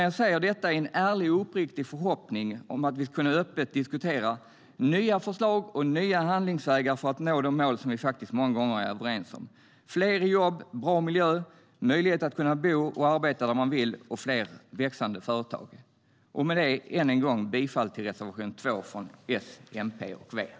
Jag säger det i ärlig och uppriktig förhoppning om att vi öppet ska kunna diskutera nya förslag och handlingsvägar för att nå de mål som vi faktiskt många gånger är överens om: fler jobb, bra miljö, möjlighet att bo och arbeta där man vill och fler växande företag.